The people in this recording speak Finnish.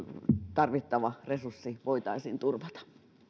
tarvittava resurssi voitaisiin turvata